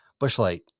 Bushlight